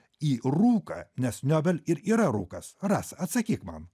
į rūką nes niobel ir yra rūkas rasa atsakyk man